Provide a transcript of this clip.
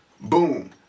boom